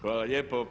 Hvala lijepo.